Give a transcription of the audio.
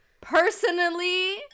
personally